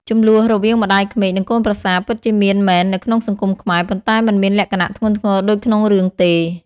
ជម្លោះរវាងម្តាយក្មេកនិងកូនប្រសាពិតជាមានមែននៅក្នុងសង្គមខ្មែរ ប៉ុន្តែមិនមានលក្ខណៈធ្ងន់ធ្ងរដូចក្នុងរឿងទេ។